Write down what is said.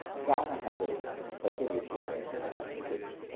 china had a fertility rate about six,